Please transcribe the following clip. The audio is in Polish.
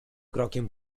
krokiem